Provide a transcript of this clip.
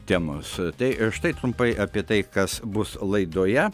temos tai štai trumpai apie tai kas bus laidoje